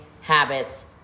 habits